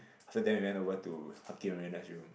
after then we went over to Hakim and Raned's room